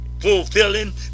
fulfilling